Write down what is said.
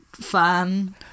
fan